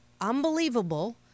unbelievable